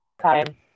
Time